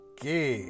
Okay